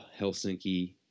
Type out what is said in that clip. Helsinki